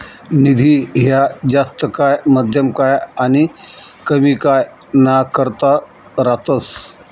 निधी ह्या जास्त काय, मध्यम काय आनी कमी काय ना करता रातस